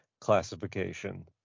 classification